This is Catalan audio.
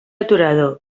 aturador